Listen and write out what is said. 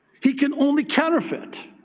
he can only counterfeit,